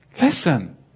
Listen